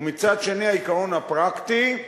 ומצד שני העיקרון הפרקטי,